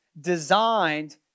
designed